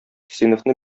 сыйныфны